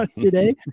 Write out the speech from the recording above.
today